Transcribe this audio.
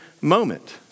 moment